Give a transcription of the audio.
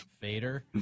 fader